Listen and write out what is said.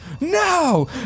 no